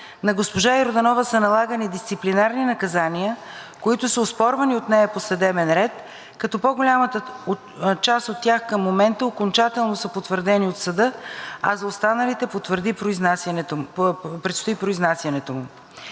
На госпожа Йорданова са налагани дисциплинарни наказания, които са оспорвани от нея по съдебен ред, като по-голямата част от тях към момента окончателно са потвърдени от съда, а за останалите предстои произнасянето му.